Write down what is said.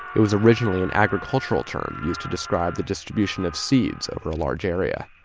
it was originally an agricultural term used to describe the distribution of seeds over a large area.